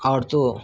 ఆడుతు